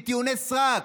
בטיעוני סרק.